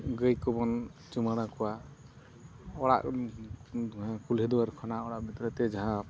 ᱜᱟᱹᱭ ᱠᱚᱵᱚᱱ ᱪᱩᱢᱟᱹᱲᱟ ᱠᱚᱣᱟ ᱚᱲᱟᱜ ᱠᱩᱞᱦᱤ ᱫᱩᱣᱟᱹᱨ ᱠᱷᱚᱱᱟᱜ ᱚᱲᱟᱜ ᱵᱷᱤᱛᱨᱤᱛᱮ ᱡᱟᱦᱟᱸ